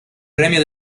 premio